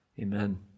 Amen